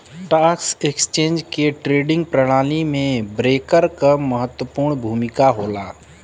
stock exchange के trading प्रणाली में ब्रोकर क महत्वपूर्ण भूमिका होला